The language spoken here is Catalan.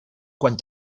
quan